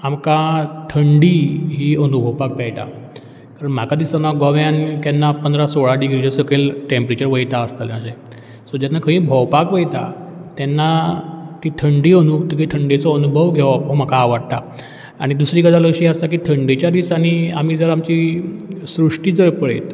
आमकां थंडी ही अनुभोवपाक मेळटा कारण म्हाका दिसना गोव्यान केन्ना पंदरा सोळा डिग्रीच्या सकयल टँपरेचर वयता आसतलें अशें सो जेन्ना खंय भोंवपाक वयता तेन्ना ती थंडी अनुपतकी थंडेचो अनुभव घेवप हो म्हाका आवाडटा आनी दुसरी गजाल अशी आसा की थंडेच्या दिसांनी आमी जर आमची श्रृश्टी जर पळयत